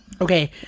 okay